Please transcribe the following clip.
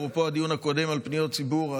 אפרופו הדיון הקודם על פניות ציבור,